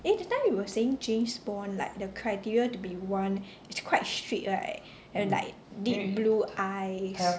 eh just now you were saying James Bond like the criteria to be one is quite strict right and like need blue eyes